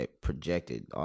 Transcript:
projected